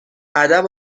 ادب